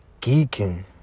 geeking